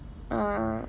ah